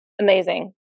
Amazing